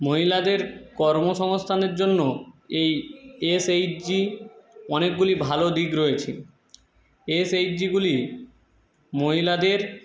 মহিলাদের কর্মসংস্থানের জন্য এই এসএইচজি অনেকগুলি ভালো দিক রয়েছে এস এইচ জিগুলি মহিলাদের